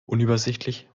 unübersichtlich